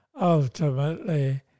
ultimately